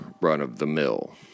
run-of-the-mill